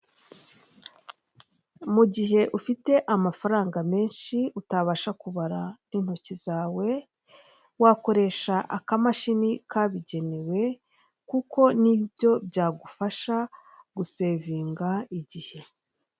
Mu gihe ufite amafaranga menshi utabasha kubara n'intoki zawe, wakoresha akamashini kabugenewe kuko nibyo byagufasha gusevinga igihe.